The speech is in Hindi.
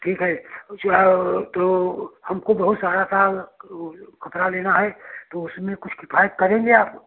ठीक है चाहे तो हमको बहुत सारा सा वो कपड़ा लेना है तो उसमें कुछ किफ़ायत करेंगे आप